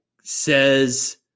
says